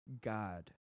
God